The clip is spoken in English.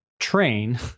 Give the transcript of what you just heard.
train